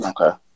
Okay